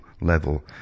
level